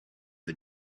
the